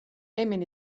hemen